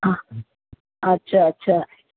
अछा अछा